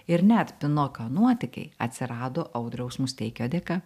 ir net pinokio nuotykiai atsirado audriaus musteikio dėka